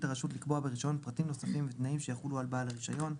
הרשות לקבוע ברישיון פרטים נוספים ותנאים שיחולו על בעל הרישיון.